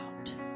out